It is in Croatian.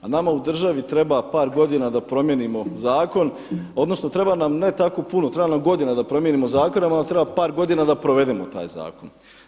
A nama u državi treba par godina da promijenimo zakon odnosno treba nam ne tako puno, treba nam godina da promijenimo zakon, ali nam treba par godina da provedemo taj zakon.